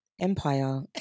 Empire